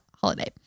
holiday